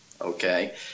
okay